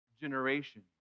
generation